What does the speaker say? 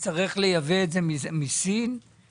מציאות שבה נצטרך לייבא את זה מסין ויבוא